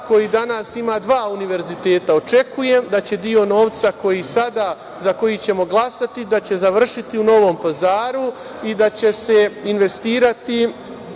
koji danas ima dva univerziteta. Očekujem da će deo novca koji za koji ćemo glasati da će završiti u Novom Pazaru i da će se investirati